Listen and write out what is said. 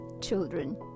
Children